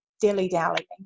dilly-dallying